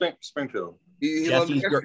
Springfield